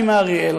אני מאריאל,